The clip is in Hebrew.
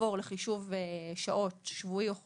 לעבור לחישוב שעות שבועי או חודשי,